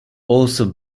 also